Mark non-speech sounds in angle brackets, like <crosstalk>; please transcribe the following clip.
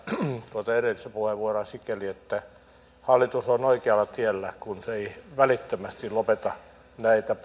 tuota edellistä puheenvuoroa sikäli että hallitus on oikealla tiellä kun se ei välittömästi lopeta näitä <unintelligible>